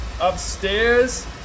upstairs